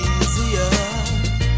easier